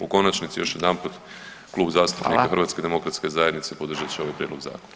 U konačnici još jedanput Klub HDZ-a podržat će ovaj prijedlog zakona.